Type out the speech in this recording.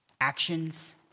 actions